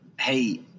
hey